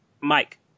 Mike